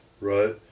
right